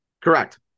Correct